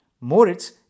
Moritz